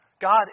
God